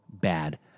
bad